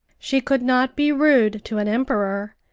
she could not be rude to an emperor,